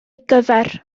gyfer